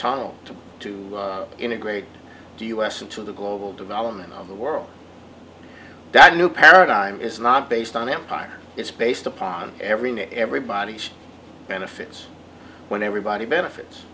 tunnel to to integrate to us and to the global development of the world that a new paradigm is not based on empire it's based upon every new everybody benefits when everybody benefits